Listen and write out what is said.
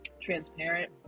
transparent